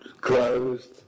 closed